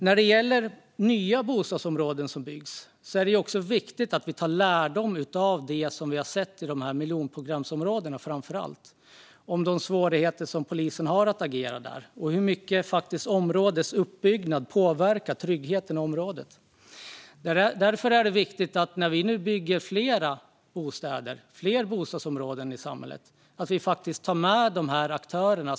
När det gäller nya bostadsområden som byggs är det viktigt att vi tar lärdom av det som vi har sett i framför allt miljonprogramsområdena, av de svårigheter som polisen har att agera där och av hur mycket områdenas uppbyggnad faktiskt påverkar tryggheten där. Därför är det viktigt att vi, när vi nu bygger fler bostadsområden i samhället, tar med aktörerna.